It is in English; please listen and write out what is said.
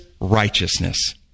righteousness